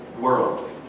world